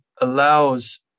allows